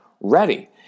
ready